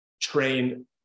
train